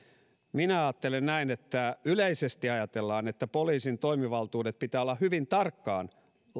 minä ajattelen näin että yleisesti ajatellaan että poliisin toimivaltuudet pitää olla hyvin tarkkaan